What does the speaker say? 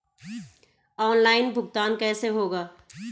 Online भुगतान कैसे होगा?